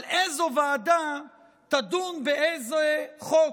איזו ועדה תדון באיזה חוק.